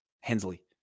Hensley